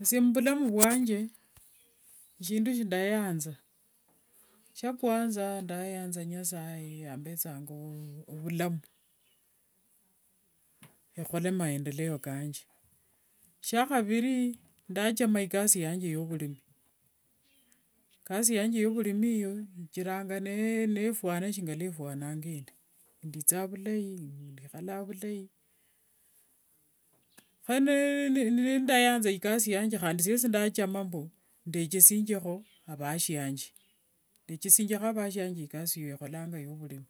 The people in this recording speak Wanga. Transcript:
Esie muvulamu vwanje shindu shindayanza, shiakwanza, ndayanza nasaye yambethanga, vulamu khukhola maendeleo kanje. Shiakhaviri, ndachama ikasi yanje yovulimi. Ikasi yanje yovulimiyo ikiranga nefuana shinga lue fwananga endi. Endithanga vulai efwalanga vulai. Khane ndayanza ikasi yanje handi siesi ndachama mbu ndechesingiekho avashianje. Ndechesiangakho vasianje ikasi yange yovulimi.